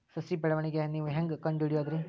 ಸಸಿ ಬೆಳವಣಿಗೆ ನೇವು ಹ್ಯಾಂಗ ಕಂಡುಹಿಡಿಯೋದರಿ?